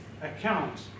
account